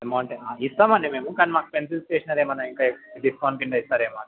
అమౌంటేనా ఇస్తాం అండి మేము కానీ మాకు పెన్సిల్ స్టేషనరీ ఏమన్న ఇంకా డిస్కౌంట్ కింద ఇస్తారేమో అని